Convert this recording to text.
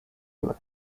and